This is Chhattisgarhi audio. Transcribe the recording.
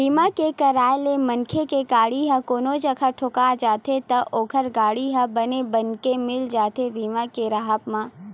बीमा के कराय ले मनखे के गाड़ी ह कोनो जघा ठोका जाथे त ओखर गाड़ी ह बने बनगे मिल जाथे बीमा के राहब म